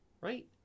right